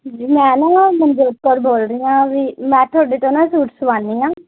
ਜੀ ਮੈਂ ਨਾ ਮਨਜੋਤ ਕੌਰ ਬੋਲ ਰਹੀ ਹਾਂ ਵੀ ਮੈਂ ਤੁਹਾਡੇ ਤੋਂ ਨਾ ਸੂਟ ਸਿਲਾਉਂਦੀ ਹਾਂ